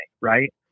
right